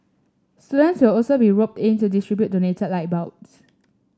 students will also be roped in to distribute donated light bulbs